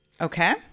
Okay